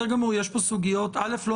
אנחנו